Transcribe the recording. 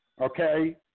Okay